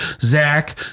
Zach